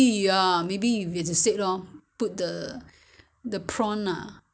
different when you cook it's I find it not not not so nice